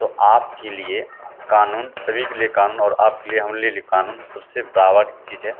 तो आपके लिए क़ानून सभी के लिए क़ानून और आपके लिए हमरे लिए क़ानून सबसे ब्ड़ाबा चीज़ है